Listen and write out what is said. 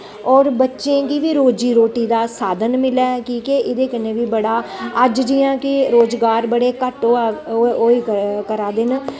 होर बच्चें गी बी रोजी रोटी दा साधन मिले कि के एह्दे कन्नै बी बड़ा अज्ज जि'यां कि रोजगार बड़े घट्ट होआ करा दे न